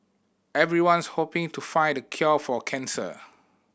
everyone's hoping to find the cure for cancer